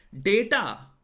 data